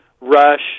Rush